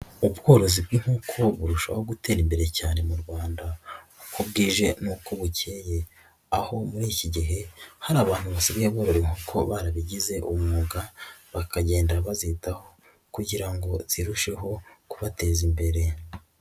Ubworozi bw'inkoko burushaho gutera imbere cyane mu Rwanda uko bwije n'uko bukeye aho muri iki gihe hari abantu basigaye borora inkoko barabigize umwuga bakagenda bazitaho kugira ngo zirusheho kubateza imbere.